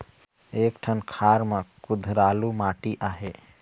एक ठन खार म कुधरालू माटी आहे?